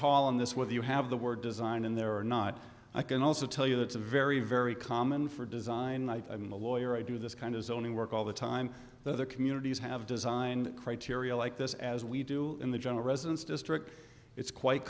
call on this with you have the word design in there or not i can also tell you that's a very very common for design i mean the lawyer i do this kind is only work all the time that the communities have design criteria like this as we do in the general residence district it's quite